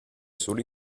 solo